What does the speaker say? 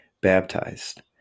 baptized